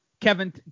Kevin